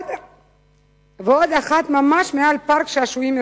ועוד אחת ממש מעל פארק שעשועים עירוני.